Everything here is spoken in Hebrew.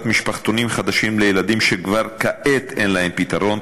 משפחתונים חדשים לילדים שכבר כעת אין להם פתרון.